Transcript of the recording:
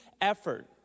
effort